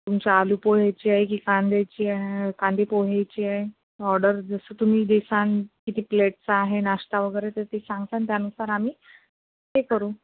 तुमचं आलुपोह्याची आहे की कांद्याची आहे कांदेपोह्याची आहे ऑर्डर जसं तुम्ही देसान किती प्लेटचा आहे नाश्ता वगैरे तर ते सांगसान त्यानुसार आम्ही ते करू